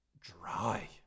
dry